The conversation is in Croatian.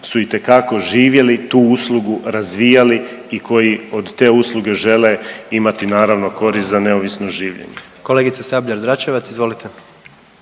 su itekako živjeli, tu uslugu razvijali i koji od te usluge žele imati naravno korist za neovisno življenje. **Jandroković, Gordan